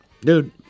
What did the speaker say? Dude